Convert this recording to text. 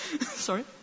Sorry